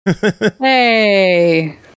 Hey